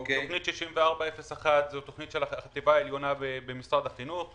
ותוכנית 6401 תוכנית של החטיבה העליונה במשרד החינוך.